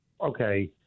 okay